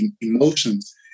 emotions